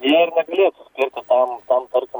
jie ir negalėtų skirti tam tam tarkim